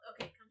okay